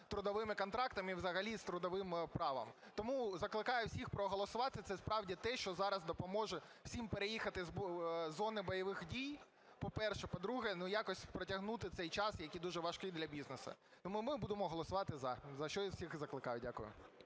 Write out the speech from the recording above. трудовими контрактами і взагалі з трудовим правом. Тому закликаю всіх проголосувати. Це справді те, що зараз допоможе всім переїхати з зони бойових дій, по-перше; по-друге, якось протягнути цей час, який дуже важкий для бізнесу. Тому ми будемо голосувати "за", за що я всіх і закликаю. Дякую.